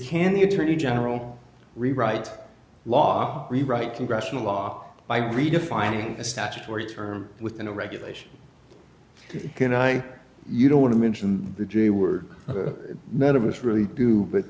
the attorney general rewrite law rewrite congressional law by redefining a statutory term within a regulation can i you don't want to mention the j word none of us really do but